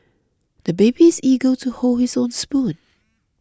the baby is eager to hold his own spoon